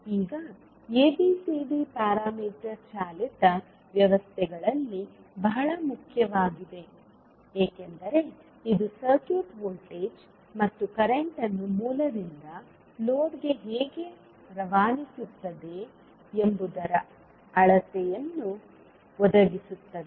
ಈಗ ABCD parameter ಚಾಲಿತ ವ್ಯವಸ್ಥೆಗಳಲ್ಲಿ ಬಹಳ ಮುಖ್ಯವಾಗಿದೆ ಏಕೆಂದರೆ ಇದು ಸರ್ಕ್ಯೂಟ್ ವೋಲ್ಟೇಜ್ ಮತ್ತು ಕರೆಂಟ್ ಅನ್ನು ಮೂಲದಿಂದ ಲೋಡ್ಗೆ ಹೇಗೆ ರವಾನಿಸುತ್ತದೆ ಎಂಬುದರ ಅಳತೆಯನ್ನು ಒದಗಿಸುತ್ತದೆ